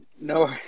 No